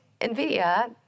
NVIDIA